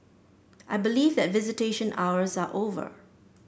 I believe that visitation hours are over